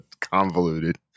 convoluted